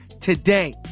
today